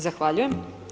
Zahvaljujem.